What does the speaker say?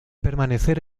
permanecer